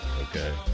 Okay